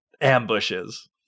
ambushes